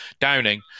Downing